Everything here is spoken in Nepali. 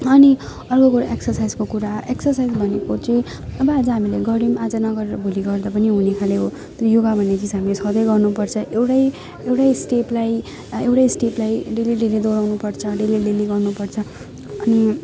अनि अर्को कुरा एक्सरसाइजको कुरा एक्सरसाइज भनेको चाहिँ अब आज हामीले गरौँ आज नगरेर भोलि गर्दा पनि हुने खाले हो त्यो योगा भन्ने चिज हामीले सधैँ गर्नुपर्छ एउटै एउटै स्टेपलाई एउटै स्टेपलाई डेली डेली दोहोर्याउनु पर्छ डेली डेली गर्नुपर्छ